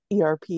ERP